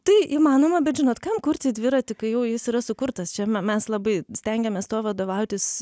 tai įmanoma bet žinot kam kurti dviratį kai jau jis yra sukurtas čia me mes labai stengiamės tuo vadovautis